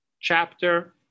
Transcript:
chapter